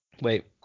Wait